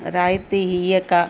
రాయితీ ఇవ్వక